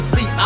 See